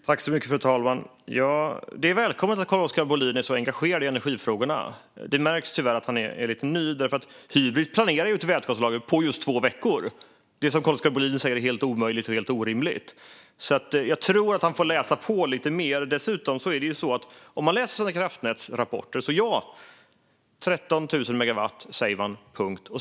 Fru talman! Det är välkommet att Carl-Oskar Bohlin är så engagerad i energifrågorna, men det märks tyvärr att han är lite ny. Hybrit planerar ju ett vätgaslager på just två veckor, vilket Carl-Oskar Bohlin säger är helt omöjligt och helt orimligt. Jag tror att han får läsa på lite mer. Den som läser sina kraftnätsrapporter kan se att man talar om 13 000 megawatt.